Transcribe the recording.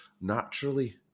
naturally